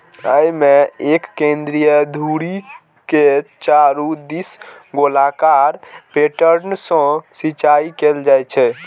अय मे एक केंद्रीय धुरी के चारू दिस गोलाकार पैटर्न सं सिंचाइ कैल जाइ छै